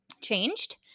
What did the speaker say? changed